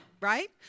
right